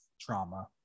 Trauma